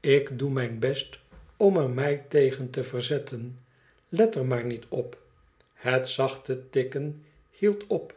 ik doe mijn best om er mij tegen te verzetten let er maar niet op het zachte tikken hield op